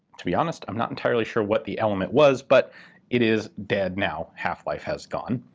to be honest, i'm not entirely sure what the element was, but it is dead now, half-life has gone.